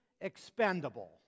expendable